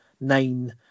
nine